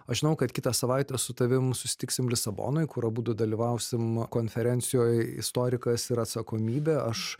aš žinau kad kitą savaitę su tavim susitiksim lisabonoj kur abudu dalyvausim konferencijoj istorikas ir atsakomybė aš